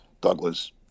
Douglas